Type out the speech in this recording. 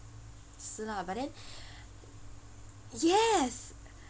是 lah but then yes